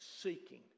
seeking